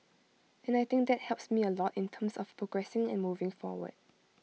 and I think that helps me A lot in terms of progressing and moving forward